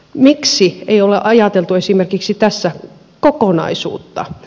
miksi ei ole ajateltu esimerkiksi tässä kokonaisuutta